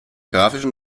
graphischen